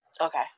Okay